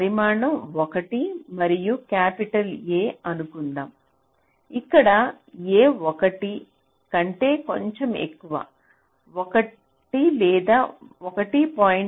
పరిమాణం 1 మరియు capital A అనుకుందాం ఇక్కడ A 1 కంటే కొంచెం ఎక్కువ 1 లేదా 1